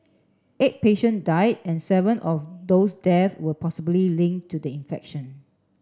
eight patients died and seven of those deaths were possibly linked to the infection